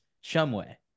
shumway